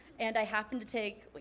and i happened to take, like